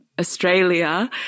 Australia